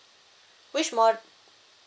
which mo~